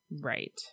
Right